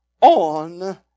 on